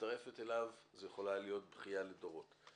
מצטרפת אליו זו יכולה הייתה להיות בכיה לדורות.